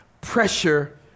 pressure